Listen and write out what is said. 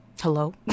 Hello